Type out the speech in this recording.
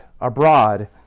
abroad